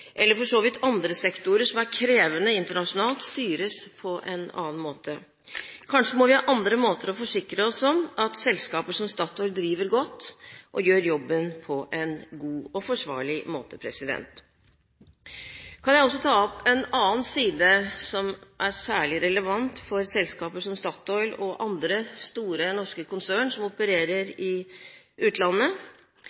andre sektorer som er krevende internasjonalt – styres på en annen måte. Kanskje må vi ha andre måter for å forsikre oss om at selskaper som Statoil driver godt og gjør jobben på en god og forsvarlig måte. Jeg kan også ta opp en annen side som er særlig relevant for selskaper, som Statoil og andre store norske konsern som opererer